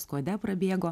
skuode prabėgo